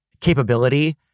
capability